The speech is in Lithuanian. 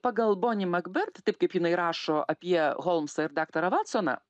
pagal boni makbert taip kaip jinai rašo apie holmsą ir daktarą vatsoną